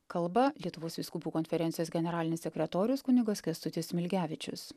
kalba lietuvos vyskupų konferencijos generalinis sekretorius kunigas kęstutis smilgevičius